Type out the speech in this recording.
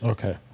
Okay